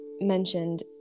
mentioned